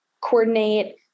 coordinate